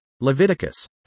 Leviticus